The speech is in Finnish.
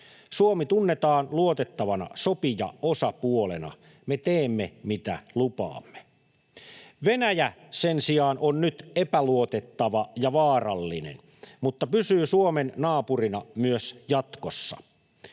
Suomi tunnetaan luotettavana sopijaosapuolena: me teemme, mitä lupaamme. Venäjä sen sijaan on nyt epäluotettava ja vaarallinen mutta pysyy Suomen naapurina myös jatkossa.